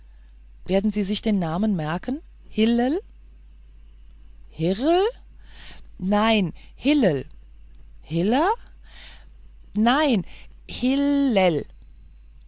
werden sie sich den namen merken hil lel hirräl nein